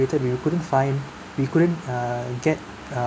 waited we couldn't find we couldn't err get uh